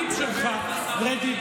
כל כך רדוד.